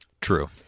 True